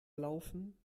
laufen